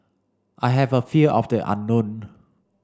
I have a fear of the unknown